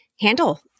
handle